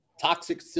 Toxic